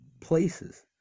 places